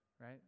right